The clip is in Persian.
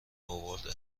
اورده